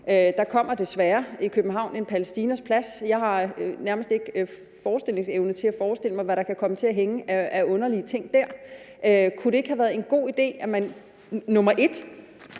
Der kommer desværre i København en Palæstinas plads, og jeg har nærmest ikke forestillingsevne til at forestille mig, hvad der dér kan komme til at hænge af underlige ting. Kunne det ikke have været en god idé, at man 1) tager nogle